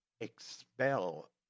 expel